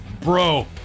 bro